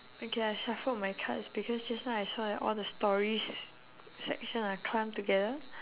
okay I shuffle my cards because just now I saw like all the stories section are clump together